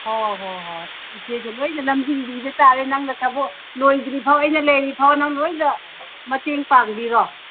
ꯍꯣ ꯍꯣ ꯍꯣꯏ ꯏꯆꯦꯅ ꯂꯣꯏꯅ ꯂꯝꯖꯤꯡꯕꯤꯕ ꯇꯥꯔꯦ ꯅꯪꯅ ꯊꯕꯛ ꯂꯣꯏꯗ꯭ꯔꯤꯐꯥꯎ ꯑꯩꯅ ꯂꯩꯔꯤ ꯐꯥꯎ ꯅꯪ ꯂꯣꯏꯅ ꯃꯇꯦꯡ ꯄꯥꯡꯕꯤꯔꯣ